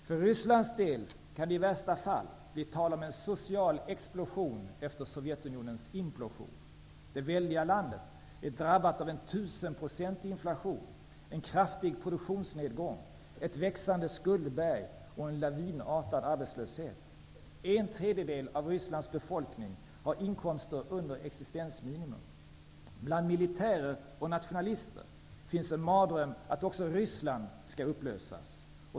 För Rysslands del kan det i värsta fall bli tal om en social explosion efter Sovjetunionens implosion. Det väldiga landet är drabbat av en tusenprocentig inflation, en kraftig produktionsnedgång, ett växande skuldberg och en lavinartad arbetslöshet. En tredjedel av Rysslands befolkning har inkomster under existensminimum. Militärer och nationalister har en mardröm om att också Ryssland skall upplösas.